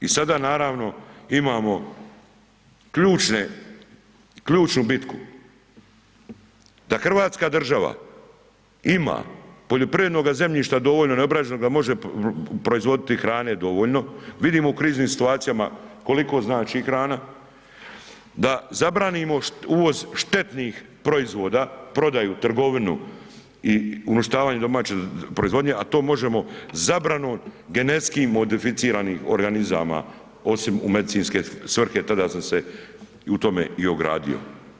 I sada naravno imamo ključnu bitku, da Hrvatska država ima poljoprivrednoga zemljišta dovoljno neobrađenoga da može proizvoditi hrane dovoljno, vidimo u kriznim situacijama koliko znači hrana, da zabranimo uvoz štetnih proizvoda, prodaju, trgovinu i uništavanje domaće proizvodnje, a to možemo zabranom GMO-a osim u medicinske svrhe, tada sam se u tome i ogradio.